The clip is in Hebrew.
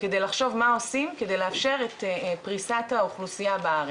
כדי לחשוב מה עושים כדי לאפשר את פריסת האוכלוסייה בארץ,